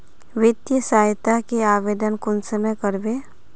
वित्तीय सहायता के आवेदन कुंसम करबे?